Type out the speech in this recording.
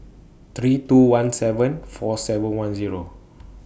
three two one seven four seven one Zero